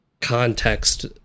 context